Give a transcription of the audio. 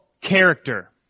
character